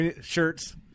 Shirts